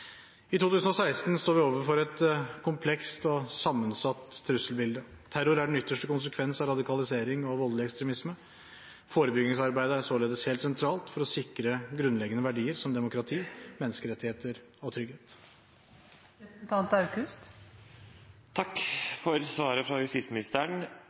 I 2016 står vi overfor et komplekst og sammensatt trusselbilde. Terror er den ytterste konsekvens av radikalisering og voldelig ekstremisme. Forebyggingsarbeidet er således helt sentralt for å sikre grunnleggende verdier som demokrati, menneskerettigheter og trygghet. Takk for svaret fra justisministeren.